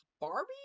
Barbie